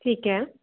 ਠੀਕ ਹੈ